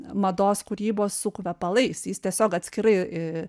mados kūrybos su kvepalais jis tiesiog atskirai